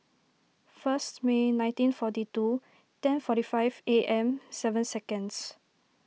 first May nineteen forty two ten forty five A M seven seconds